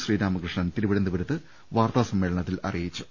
ശ്രീരാമകൃഷ്ണൻ തിരുവനന്തപുരത്ത് വാർത്താസമ്മേളനത്തിൽ അറിയിച്ചു